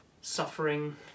Suffering